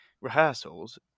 rehearsals